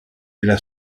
della